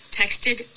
texted